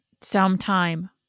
Sometime